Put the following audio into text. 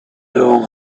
doing